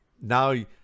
now